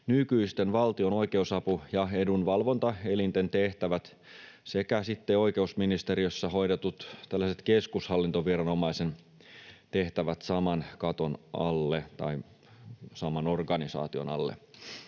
nykyisten valtion oikeusapu- ja edunvalvontaelinten tehtävät sekä sitten oikeusministeriössä hoidetut tällaiset keskushallintoviranomaisen tehtävät saman organisaation alle.